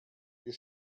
wir